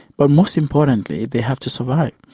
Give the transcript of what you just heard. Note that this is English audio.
but most importantly they have to survive,